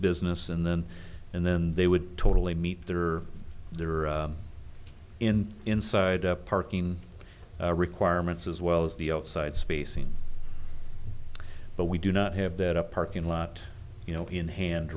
business and then and then they would totally meet there or there or in inside a parking requirements as well as the outside space but we do not have that a parking lot you know in hand